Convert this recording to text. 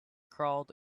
crawled